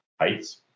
heights